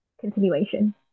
continuation